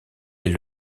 est